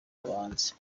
abahanzi